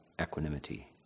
equanimity